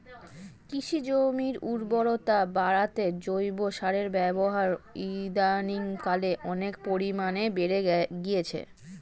কৃষি জমির উর্বরতা বাড়াতে জৈব সারের ব্যবহার ইদানিংকালে অনেক পরিমাণে বেড়ে গিয়েছে